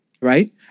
right